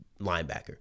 linebacker